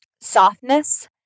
softness